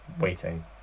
waiting